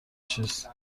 چیست